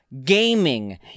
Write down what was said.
gaming